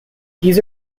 these